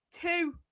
two